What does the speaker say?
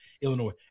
Illinois